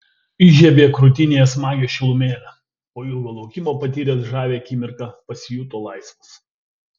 įžiebė krūtinėje smagią šilumėlę po ilgo laukimo patyręs žavią akimirką pasijuto laisvas